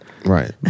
Right